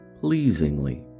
pleasingly